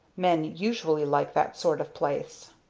men usually like that sort of place.